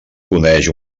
coneix